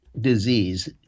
disease